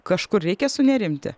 kažkur reikia sunerimti